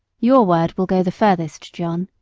your word will go the furthest, john,